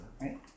right